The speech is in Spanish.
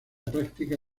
práctica